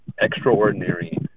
extraordinary